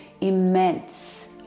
immense